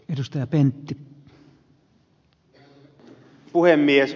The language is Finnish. arvoisa puhemies